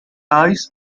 eyes